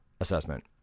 assessment